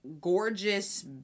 gorgeous